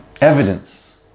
evidence